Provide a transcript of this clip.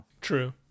True